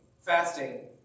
fasting